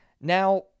Now